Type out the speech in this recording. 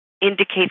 indicates